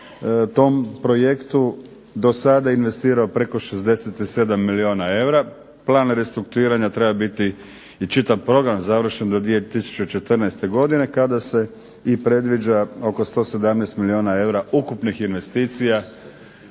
tom projektu, dosada investirao preko 67 milijuna eura. Plan restrukturiranja treba biti i čitav program završen do 2014. godine kada se i predviđa oko 117 milijuna eura ukupnih investicija